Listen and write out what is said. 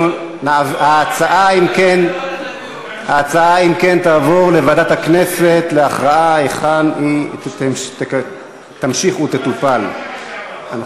ההצעה תעבור לוועדת הכנסת להכרעה היכן היא תמשיך להיות מטופלת.